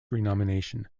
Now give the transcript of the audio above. renomination